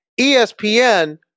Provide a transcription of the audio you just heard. ESPN